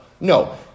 No